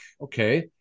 Okay